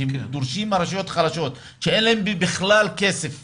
שדורשים מרשויות חלשות כשאין להן בכלל כסף